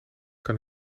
kan